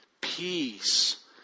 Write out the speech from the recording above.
peace